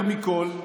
יותר מכול,